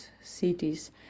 cities